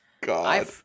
God